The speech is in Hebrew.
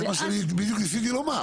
זה מה שניסיתי לומר.